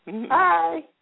Hi